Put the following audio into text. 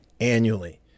annually